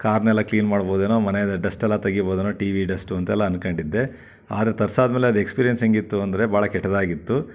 ಕಾರ್ನೆಲ್ಲ clean ಮಾಡ್ಬೋದೇನೋ ಮನೇದು dust ಎಲ್ಲ ತೆಗಿಬೋದೇನೋ ಟಿ ವಿ ಡಸ್ಟು ಅಂತೆಲ್ಲ ಅನ್ಕೊಂಡಿದ್ದೆ ಆದ್ರೆ ತರ್ಸಾದ ಮೇಲೆ ಅದು ಎಕ್ಸ್ಪೀರಿಯೆನ್ಸ್ ಹೇಗಿತ್ತು ಅಂದರೆ ಭಾಳ ಕೆಟ್ಟದಾಗಿತ್ತು